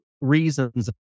reasons